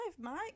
Mike